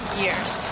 years